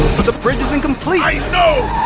but the bridge is incomplete i know